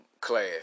class